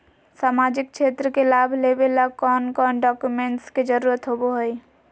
सामाजिक क्षेत्र के लाभ लेबे ला कौन कौन डाक्यूमेंट्स के जरुरत होबो होई?